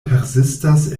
persistas